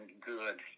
good